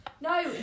No